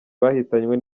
bahitanywe